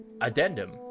Addendum